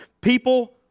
people